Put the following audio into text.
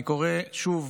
אני קורא שוב